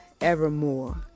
evermore